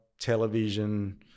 television